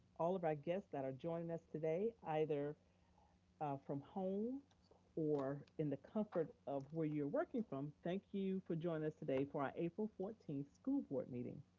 all of our guests that are joining us today, either from home or in the comfort of where you're working from, thank you for joining us today for our april fourteenth school board meeting.